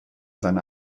seine